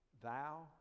thou